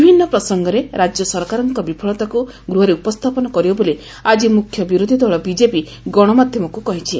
ବିଭିନ୍ନ ପ୍ରସଙ୍ଗରେ ରାଜ୍ୟ ସରକାରଙ୍କ ବିଫଳତାକୁ ଗୃହରେ ଉପସ୍ତାପନ କରିବ ବୋଲି ଆଜି ମୁଖ୍ୟ ବିରୋଧୀ ଦଳ ବିଜେପି ଗଶମାଧ୍ଧମକୁ କହିଛି